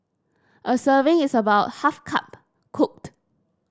a serving is about half cup cooked